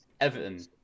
Everton